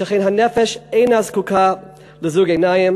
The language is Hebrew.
שכן הנפש אינה זקוקה לזוג עיניים